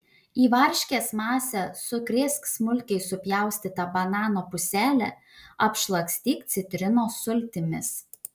į varškės masę sukrėsk smulkiai supjaustytą banano puselę apšlakstyk citrinos sultimis